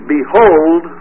Behold